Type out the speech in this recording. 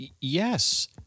Yes